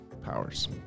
powers